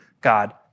God